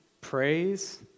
praise